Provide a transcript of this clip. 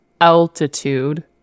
altitude